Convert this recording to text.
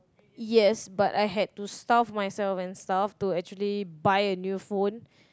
yes but I had to starve myself and stuff to actually buy a new phone